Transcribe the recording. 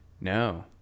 No